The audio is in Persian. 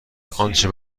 آنچه